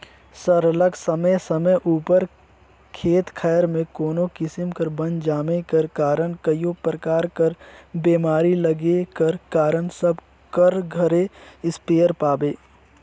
सरलग समे समे उपर खेत खाएर में कोनो किसिम कर बन जामे कर कारन कइयो परकार कर बेमारी लगे कर कारन सब कर घरे इस्पेयर पाबे